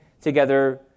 together